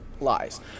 lies